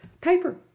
paper